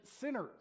sinners